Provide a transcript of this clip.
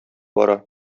бара